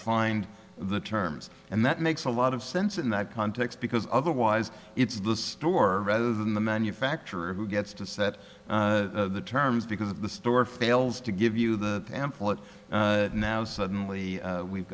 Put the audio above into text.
find the term and that makes a lot of sense in that context because otherwise it's the store rather than the manufacturer who gets to set the terms because of the store fails to give you the template now suddenly we've